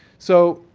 so,